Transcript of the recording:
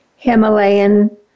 Himalayan